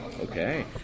Okay